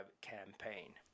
campaign